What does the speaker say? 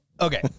Okay